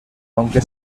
aunque